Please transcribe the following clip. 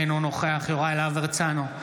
אינו נוכח יוראי להב הרצנו,